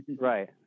Right